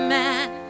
man